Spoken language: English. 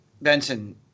Benson